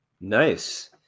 Nice